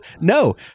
no